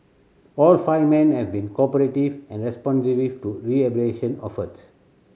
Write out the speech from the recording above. all five men have been cooperative and responsive to rehabilitation efforts